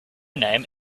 name